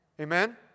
Amen